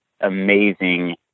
amazing